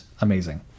Amazing